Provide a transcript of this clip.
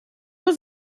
was